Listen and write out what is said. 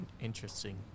Interesting